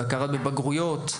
בהכרה בבגרויות.